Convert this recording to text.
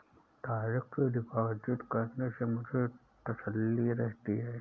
direct deposit करने से मुझे तसल्ली रहती है